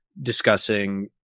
discussing